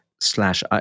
slash